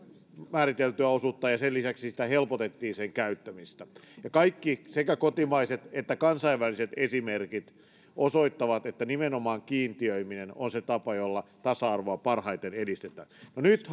määriteltyä osuutta ja sen lisäksi helpotettiin niiden käyttämistä kaikki esimerkit sekä kotimaiset että kansainväliset osoittavat että nimenomaan kiintiöiminen on se tapa jolla tasa arvoa parhaiten edistetään no nyt